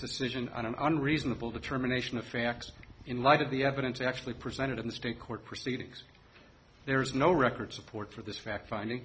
decision on an unreadable determination of facts in light of the evidence actually presented in the state court proceedings there is no record support for this fact finding